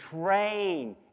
train